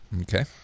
okay